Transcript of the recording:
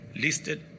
listed